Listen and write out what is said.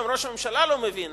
גם ראש הממשלה לא מבין,